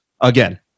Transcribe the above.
Again